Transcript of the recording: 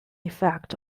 effect